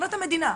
מבחינת המדינה,